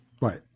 Right